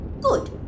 Good